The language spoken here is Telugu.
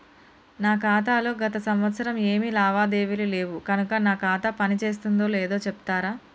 నా ఖాతా లో గత సంవత్సరం ఏమి లావాదేవీలు లేవు కనుక నా ఖాతా పని చేస్తుందో లేదో చెప్తరా?